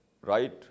right